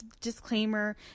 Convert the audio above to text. disclaimer